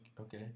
okay